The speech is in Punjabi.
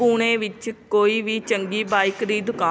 ਪੁਣੇ ਵਿੱਚ ਕੋਈ ਵੀ ਚੰਗੀ ਬਾਈਕ ਦੀ ਦੁਕਾ